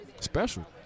special